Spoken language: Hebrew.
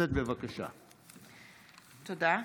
תודה.